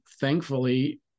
thankfully